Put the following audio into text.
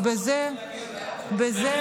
כשאמבולנס לא מצליח להגיע ליעד שלו,